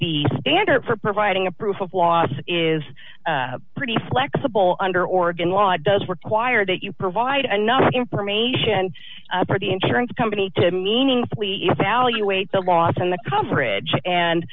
the standard for providing a proof of loss is pretty flexible under oregon law does require that you provide enough information for the insurance company to meaningfully evaluate the loss and the coverage and